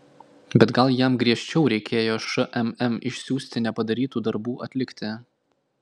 bet gal jam griežčiau reikėjo šmm išsiųsti nepadarytų darbų atlikti